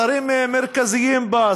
שרים מרכזיים בה,